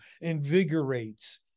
invigorates